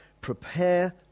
Prepare